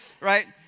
Right